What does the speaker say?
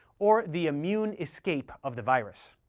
or the immune escape of the virus.